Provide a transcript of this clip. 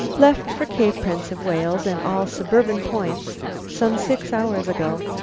left for cape prince of wales and all suburban points some six hours ago.